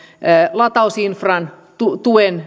latausinfran tuen